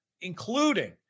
including